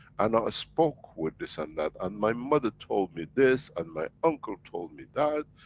and i spoke with this and that, and my mother told me this, and my uncle told me that,